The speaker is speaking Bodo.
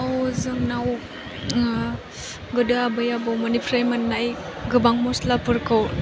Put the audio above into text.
औ जोंनाव गोदो आबै आबौमोननिफ्राय मोन्नाय गोबां मस्लाफोरखौ